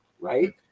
right